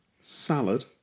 salad